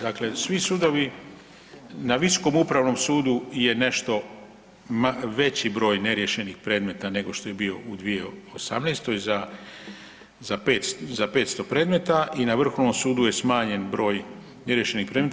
Dakle, svi sudovi na Visokom upravnom sudu je nešto veći broj neriješenih predmeta, nego što je bio u 2018. za 500 predmeta i na Vrhovnom sudu je smanjen broj neriješenih predmeta.